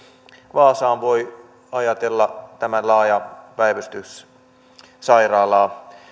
vaasaan voi ajatella tätä laajaa päivystyssairaalaa